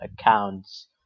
accounts